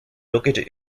located